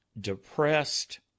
depressed